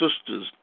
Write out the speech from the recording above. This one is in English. sisters